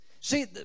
See